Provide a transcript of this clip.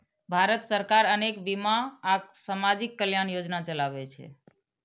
भारत सरकार अनेक बीमा आ सामाजिक कल्याण योजना चलाबै छै